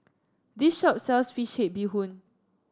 this shop sells fish head Bee Hoon